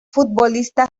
futbolista